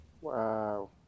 Wow